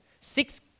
Six